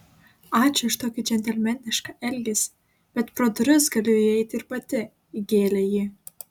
ačiū už tokį džentelmenišką elgesį bet pro duris galiu įeiti ir pati įgėlė ji